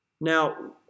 Now